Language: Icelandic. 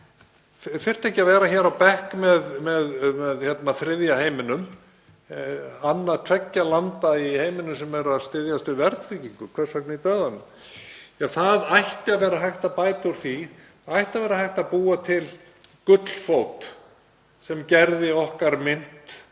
þyrfti ekki að vera á bekk með þriðja heiminum. Annað tveggja landa í heiminum sem verða að styðjast við verðtryggingu; hvers vegna í dauðanum? Það ætti að vera hægt að bæta úr því, ætti að vera hægt að búa til gullfót sem gerði okkar mynt